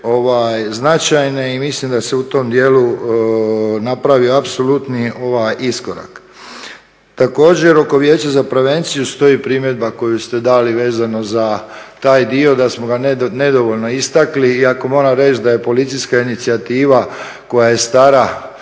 značajne i mislim da se u tom dijelu napravio apsolutni iskorak. Također oko Vijeća za prevenciju stoji primjedba koju ste dali vezano za taj dio, da smo ga nedovoljno istakli, iako moram reći da je policijska inicijativa koja je stara,